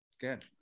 Good